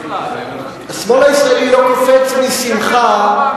השמאל הישראלי לא קופץ משמחה בכלל,